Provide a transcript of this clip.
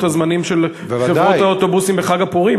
הזמנים של חברות האוטובוסים בחג הפורים,